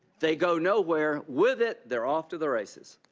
they go nowhere. with it they're off to the races.